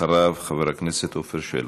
ואחריו, חבר הכנסת עפר שלח.